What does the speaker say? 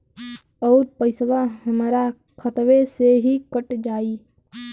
अउर पइसवा हमरा खतवे से ही कट जाई?